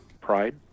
Pride